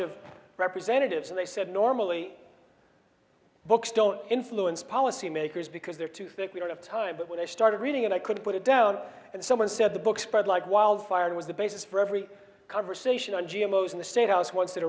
of representatives and they said normally books don't influence policymakers because they're too thick we don't have time but when i started reading it i could put it down and someone said the book spread like wildfire and was the basis for every conversation on g m o's in the state house once